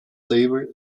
label